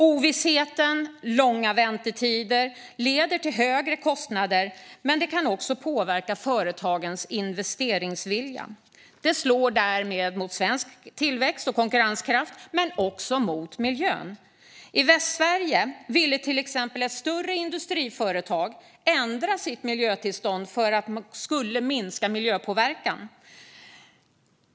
Ovisshet och långa väntetider leder till högre kostnader men kan också påverka företagens investeringsvilja. Det slår därmed mot svensk tillväxt och konkurrenskraft men också mot miljön. I Västsverige ville till exempel ett större industriföretag ändra sitt miljötillstånd för att minska sin miljöpåverkan.